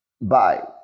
Bye